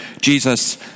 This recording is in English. Jesus